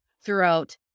throughout